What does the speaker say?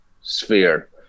sphere